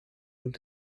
und